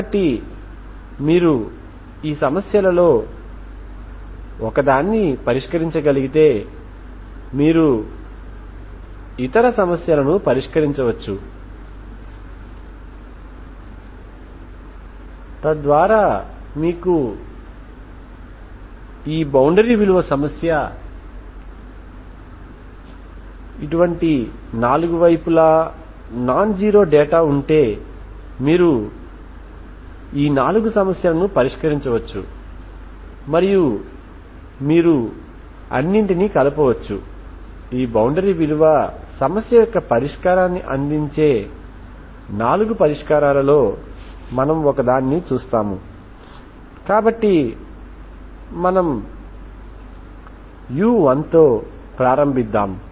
కాబట్టి మీరు ఈ సమస్యలలో ఒకదాన్ని పరిష్కరించగలిగితే మీరు ఇతర సమస్యలను పరిష్కరించవచ్చు తద్వారా మీకు ఈ బౌండరీ విలువ సమస్య వంటి 4 వైపులా నాన్ జీరో డేటా ఉంటే మీరు ఈ 4 సమస్యలను పరిష్కరించవచ్చు మరియు మీరు అన్నింటినీ కలపవచ్చు ఈ బౌండరీ విలువ సమస్య యొక్క పరిష్కారాన్ని అందించే 4 పరిష్కారాలలో మనము ఒకదాన్ని చూస్తాము కాబట్టి మనము u1తో ప్రారంభిద్దాం